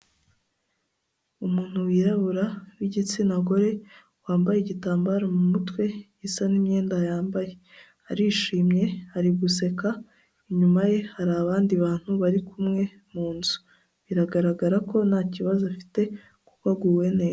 Umuntu wirabura w'igitsina gore wambaye igitambaro mu mutwe gisa n'imyenda yambaye. Arishimye, ariguseka. Inyuma ye hari abandi bantu bari kumwe mu nzu. Biragaragara ko nta kibazo afite kuko aguwe neza.